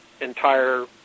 entire